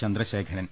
Chandrasekharan